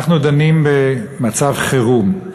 אנחנו דנים במצב חירום,